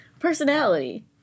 personality